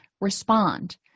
respond